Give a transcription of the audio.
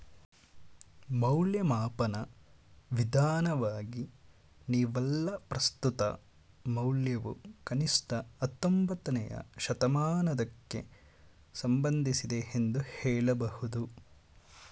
ಮೌಲ್ಯಮಾಪನ ವಿಧಾನವಾಗಿ ನಿವ್ವಳ ಪ್ರಸ್ತುತ ಮೌಲ್ಯವು ಕನಿಷ್ಠ ಹತ್ತೊಂಬತ್ತನೇ ಶತಮಾನದಕ್ಕೆ ಸಂಬಂಧಿಸಿದೆ ಎಂದು ಹೇಳಬಹುದು